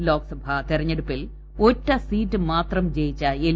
സംസ്ഥാനത്ത് ലോക്സഭാ തെരഞ്ഞെടുപ്പിൽ ഒറ്റ സീറ്റ് മാത്രം ജയിച്ച എൽ